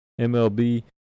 MLB